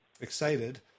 excited